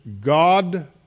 God